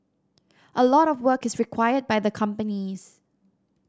a lot of work is required by the companies